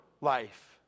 life